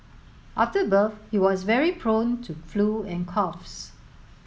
after birth he was very prone to flu and coughs